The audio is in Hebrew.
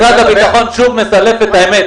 משרד הביטחון שוב מסלף את האמת.